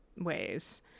ways